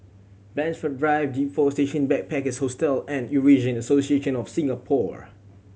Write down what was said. Blandford Drive G Four Station Backpackers Hostel and Eurasian Association of Singapore